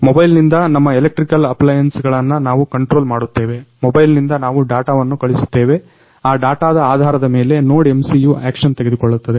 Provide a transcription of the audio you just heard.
ಮೊಬೈಲ್ನಿಂದ ನಮ್ಮ ಎಲೆಕ್ಟಿçಕಲ್ ಅಪ್ಲಯನ್ಸ್ಗಳನ್ನ ನಾವು ಕಂಟ್ರೋಲ್ ಮಾಡುತ್ತೇವೆ ಮೊಬೈಲ್ನಿಂದ ನಾವು ಡಾಟವನ್ನ ಕಳಿಸುತ್ತೇವೆ ಆ ಡಾಟಾದ ಆಧಾರದ ಮೇಲೆ NodeMCU ಆಕ್ಷನ್ ತೆಗೆದುಕೊಳ್ಳುತ್ತದೆ